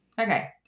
Okay